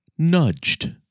nudged